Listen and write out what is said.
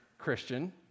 Christian